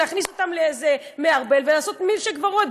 להכניס אותם לאיזה מערבל ולעשות מילקשייק ורוד.